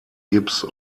gibbs